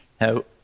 now